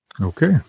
Okay